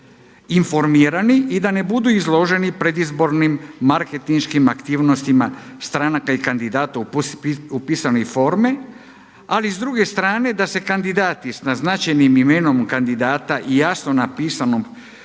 informirani i da ne budu izloženi predizbornim marketinškim aktivnostima stranaka i kandidata u pisane forme, ali i s druge strane da se kandidati naznačenim imenom kandidata i jasno napisanom